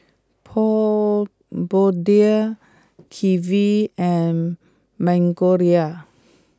Pure Blonde Kiwi and Magnolia